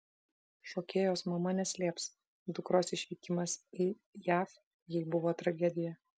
šokėjos mama neslėps dukros išvykimas į jav jai buvo tragedija